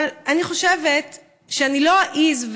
אבל אני חושבת שאני לא אעז,